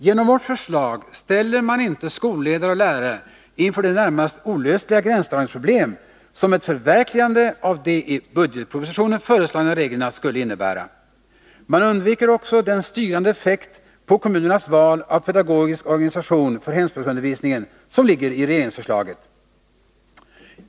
Genom vårt förslag ställer man inte skolledare och lärare inför de närmast olösliga gränsdragningsproblem som ett förverkligande av de i budgetpropositionen föreslagna reglerna skulle innebära. Man undviker också den styrande effekt på kommunernas val av pedagogisk organisation för hemspråksundervisningen som ligger i regeringsförslaget.